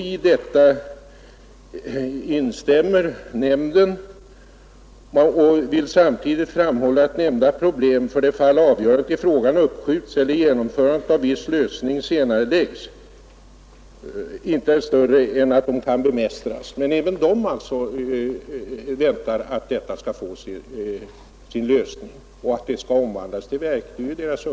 I detta instämmer nämnden och vill samtidigt framhålla, att berörda problem för det fall avgörandet i frågan uppskjuts eller genomförandet senareläggs inte är större än att de kan bemästras. Även på detta håll väntar man alltså att denna fråga skall få sin lösning och att nämnden skall omvandlas till verk.